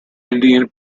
indian